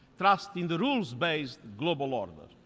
trust in the rules-based global order.